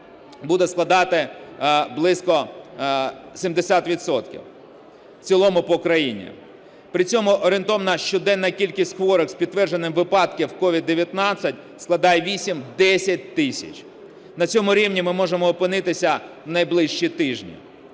буде складати близько 70 відсотків в цілому по країні. При цьому орієнтовна щоденна кількість хворих з підтвердженими випадками COVID-19 складає 8-10 тисяч. На цьому рівні ми можемо опинитися в найближчі тижні.